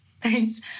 Thanks